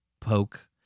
poke